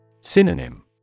Synonym